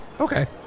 Okay